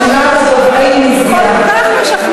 רשימת הדוברים נסגרה.